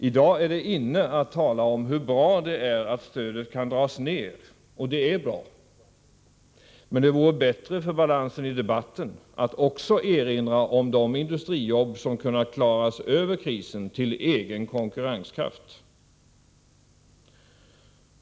I dag är det ”inne” att tala om hur bra det är att stödet kan dras ner — och det är bra, men det vore bättre för balansen i debatten att också erinra om de industrijobb som kunnat klaras över krisen till egen konkurrenskraft.